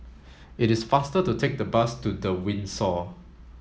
it is faster to take the bus to The Windsor